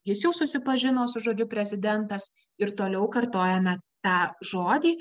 jis jau susipažino su žodžiu prezidentas ir toliau kartojame tą žodį